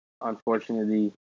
unfortunately